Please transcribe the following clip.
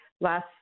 last